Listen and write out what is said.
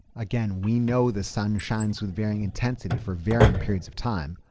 again, we know the sun shines with varying intensity for varying periods of time,